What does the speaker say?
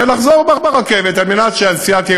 ולחזור ברכבת\ על מנת שהנסיעה תהיה